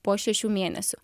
po šešių mėnesių